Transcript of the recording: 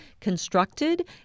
constructed